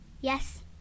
Yes